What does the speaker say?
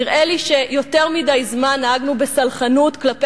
נראה לי שיותר מדי זמן נהגנו בסלחנות כלפי